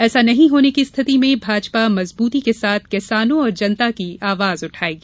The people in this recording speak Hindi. ऐसा नहीं होने की स्थिति में भाजपा मजबूती के साथ किसानों और जनता की आवाज उठाएगी